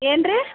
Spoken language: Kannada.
ಏನು ರೀ